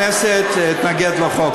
לכנסת להתנגד לחוק.